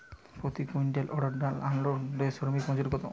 প্রতি কুইন্টল অড়হর ডাল আনলোডে শ্রমিক মজুরি কত?